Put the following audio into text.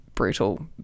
brutal